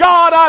God